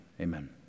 Amen